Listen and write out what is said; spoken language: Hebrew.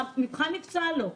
המבחן נפסל לו,